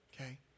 okay